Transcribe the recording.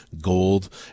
gold